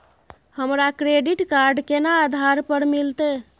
हमरा credit card केना आधार पर मिलते?